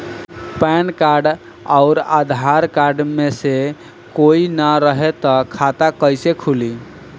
Pan card आउर Aadhaar card मे से कोई ना रहे त खाता कैसे खुली?